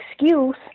excuse